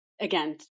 again